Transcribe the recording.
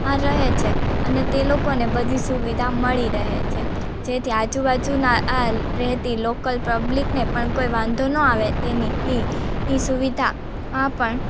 હા રહે છે અને તે લોકોને બધી સુવિધા મળી રહે છે જેથી આજુબાજુમાં આ રહેતી લોકલ પબ્લિકને પણ કોઈ વાંધો ન આવે તેની એ એ સુવિધા આ પણ